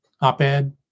op-ed